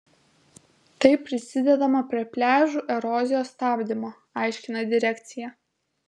taip prisidedama prie pliažų erozijos stabdymo aiškina direkcija